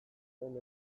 zen